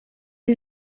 sie